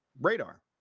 radar